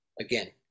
again